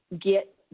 get